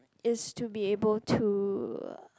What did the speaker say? is to be able to